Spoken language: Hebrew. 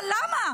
אבל למה?